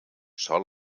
sol